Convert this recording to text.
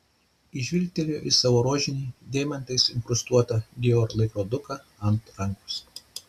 ji žvilgtelėjo į savo rožinį deimantais inkrustuotą dior laikroduką ant rankos